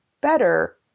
better